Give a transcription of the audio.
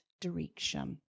direction